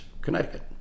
Connecticut